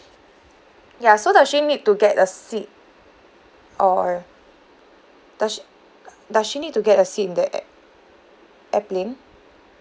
ya so does she need to get a seat or does she does she need to get a seat in the a~ airplane